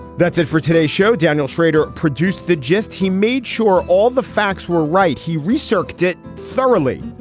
that's it for today's show. daniel shrader produced the gist, he made sure all the facts were right. he researched it thoroughly.